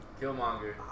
Killmonger